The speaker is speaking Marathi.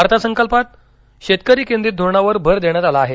अर्थसंकल्पात शेतकरी केंद्रित धोरणावर भर देण्यात आला आहे